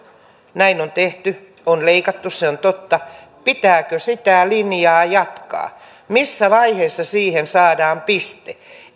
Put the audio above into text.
näin on tehty on leikattu se on totta pitääkö sitä linjaa jatkaa missä vaiheessa siihen saadaan piste